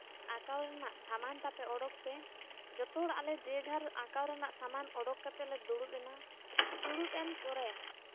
ᱟᱠᱟᱣ ᱨᱮᱱᱟᱜ ᱥᱟᱢᱟᱱ ᱛᱟᱯᱮ ᱩᱰᱩᱠ ᱯᱮ ᱡᱚᱛᱚᱦᱚᱲ ᱡᱮᱡᱟᱨ ᱟᱸᱠᱟᱣ ᱨᱮᱱᱟᱜ ᱥᱟᱢᱟᱱ ᱩᱰᱳᱠ ᱠᱟᱛᱮᱫ ᱞᱮ ᱫᱩᱲᱩᱵᱼᱮᱱᱟ ᱫᱩᱲᱩᱵ ᱮᱱ ᱯᱚᱨᱮ